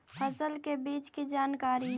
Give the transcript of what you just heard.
फसल के बीज की जानकारी?